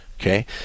okay